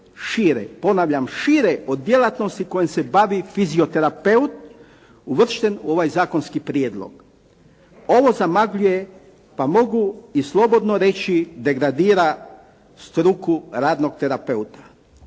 šire, ponavljam šire od djelatnosti kojom se bavi fizioterapeut uvršten u ovaj zakonski prijedlog. Ovo zamagljuje, pa mogu i slobodno reći degradira struku radnog terapeuta.